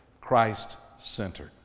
Christ-centered